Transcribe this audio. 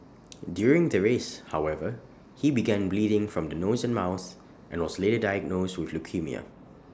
during the race however he began bleeding from the nose and mouth and was later diagnosed with leukaemia